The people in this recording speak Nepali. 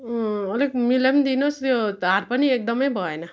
अलिक मिलाइ पनि दिनुहोस् यो धार पनि एकदमै भएन